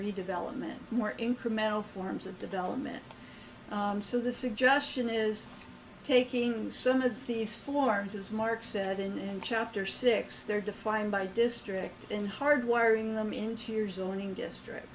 redevelopment more incremental forms of development so the suggestion is taking some of these forms as mark said in chapter six they're defined by district in hard wiring them in tears owning district